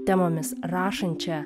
temomis rašančią